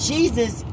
Jesus